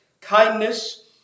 kindness